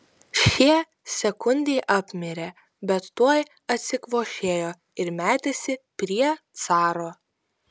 šie sekundei apmirė bet tuoj atsikvošėjo ir metėsi prie caro